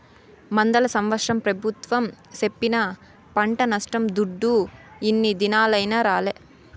ముందల సంవత్సరం పెబుత్వం సెప్పిన పంట నష్టం దుడ్డు ఇన్ని దినాలైనా రాలే